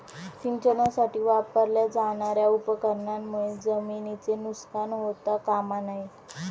सिंचनासाठी वापरल्या जाणार्या उपकरणांमुळे जमिनीचे नुकसान होता कामा नये